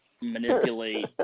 manipulate